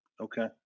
Okay